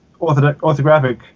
orthographic